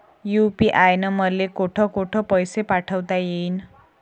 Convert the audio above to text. UPI न मले कोठ कोठ पैसे पाठवता येईन?